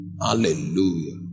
Hallelujah